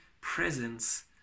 presence